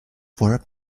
for